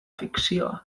fikzioa